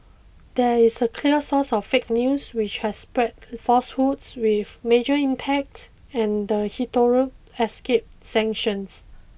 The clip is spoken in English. there is clear source of 'fake news' which has spread falsehoods with major impact and hitherto escaped sanction